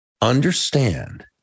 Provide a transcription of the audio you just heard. Understand